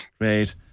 great